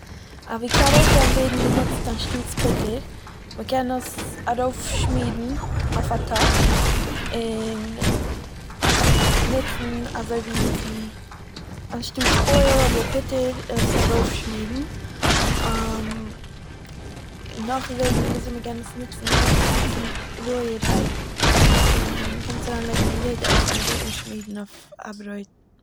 אוועקאדאו קען ווערן גענוצט אנשטאטס פוטער, מ'קען עס ארויפשמירן אויף א טאפ און עס נוצן אזוי ווי צו אנשטאטס אויל אדער פוטער עס ארויפשמירן, און נאך וועגן ווי אזוי מ'קען עס נוצן, מ'קען עס נוצן רויערהייט און מ'קען עס אריינלייגן און יעדע עסן אדער אנשמירן אויף א ברויט.